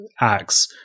Acts